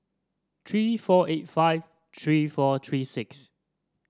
three four eight five three four three six